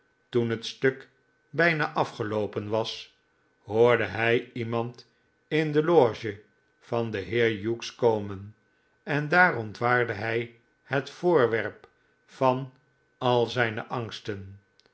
toen het stuk bijna afgeloopen was hoorde hi iemand in de loge van den heer hughes komen en daar ontwaarde hij het voorwerp van al zijne angsten